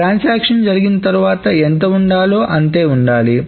transaction జరిగిన తర్వాత ఎంత ఉండాలో అంతే ఉండాలి